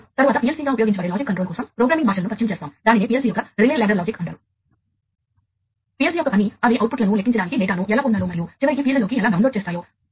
రెండవది రెండవ విషయం ఇంటెరోపెరబిలిటీ ఇంటెరోపెరబిలిటీ అంటే రెండు పరికరాలు ఒకదానితో ఒకటి సజావుగా మాట్లాడేటప్పుడు పరస్పరం పనిచేస్తాయి